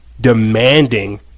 demanding